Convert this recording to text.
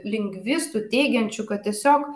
lingvistų teigiančių kad tiesiog